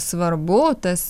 svarbu tas